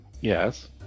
Yes